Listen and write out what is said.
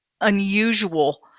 unusual